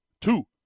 two